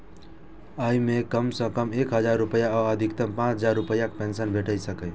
अय मे कम सं कम एक हजार रुपैया आ अधिकतम पांच हजार रुपैयाक पेंशन भेटि सकैए